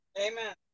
Amen